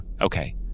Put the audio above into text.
Okay